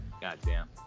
Goddamn